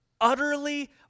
utterly